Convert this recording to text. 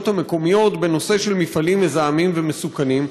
המקומיות בנושא של מפעלים מזהמים ומסוכנים.